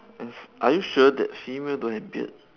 s~ are you sure that female don't have beard